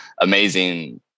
amazing